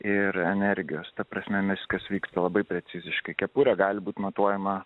ir energijos ta prasme viskas vyksta labai preciziškai kepurė gali būti matuojama